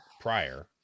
prior